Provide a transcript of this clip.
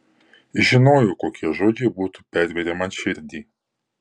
žinojau kokie žodžiai būtų pervėrę man širdį